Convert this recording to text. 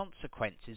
consequences